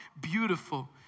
beautiful